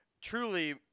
truly